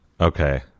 okay